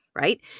Right